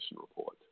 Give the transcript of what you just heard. report